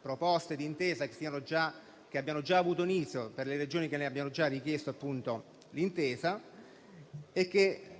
proposte d'intesa che abbiano avuto inizio per le Regioni che le abbiano già richieste,